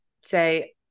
say